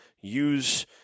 use